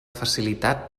facilitat